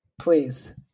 Please